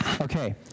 Okay